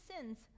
sins